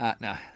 No